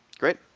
great.